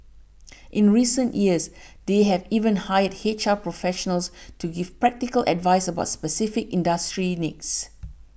in recent years they have even hired H R professionals to give practical advice about specific industry needs